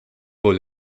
wohl